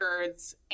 records